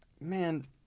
Man